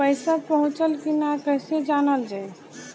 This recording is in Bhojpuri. पैसा पहुचल की न कैसे जानल जाइ?